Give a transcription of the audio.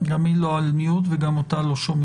לא שומעים.